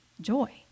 joy